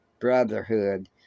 brotherhood